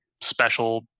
special